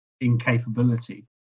incapability